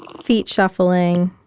feet shuffling,